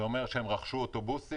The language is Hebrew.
זה אומר שהם רכשו אוטובוסים,